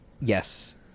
Yes